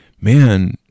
man